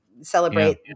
celebrate